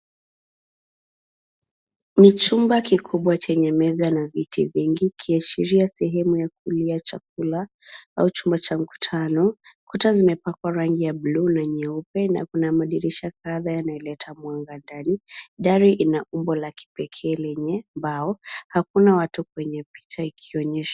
Ni chumba kikubwa chenye meza na viti vingi ikiashiria sehemu ya kulia chakula au chumba cha mkutano . Kuta zimepakwa rangi ya bluu na nyeupe na kuna madirisha kadha yanayoleta mwanga ndani. Dari ina umbo la kipekee lenye mbao. Hakuna watu kwenye picha ikionyesha